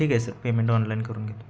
ठीक आहे sir payment online करून घेतो